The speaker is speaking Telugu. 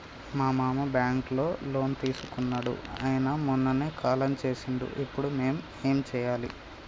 మా మామ బ్యాంక్ లో లోన్ తీసుకున్నడు అయిన మొన్ననే కాలం చేసిండు ఇప్పుడు మేం ఏం చేయాలి?